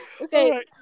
okay